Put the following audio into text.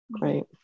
right